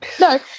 No